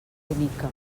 bonica